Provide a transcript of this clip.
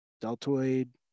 deltoid